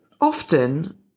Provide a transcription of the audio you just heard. often